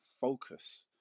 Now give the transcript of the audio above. focus